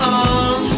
on